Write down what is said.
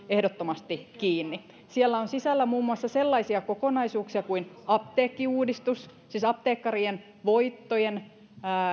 ehdottomasti kiinni siellä on sisällä muun muassa sellaisia kokonaisuuksia kuin apteekkiuudistus siis apteekkarien voittojen